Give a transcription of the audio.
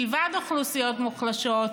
מלבד אוכלוסיות מוחלשות,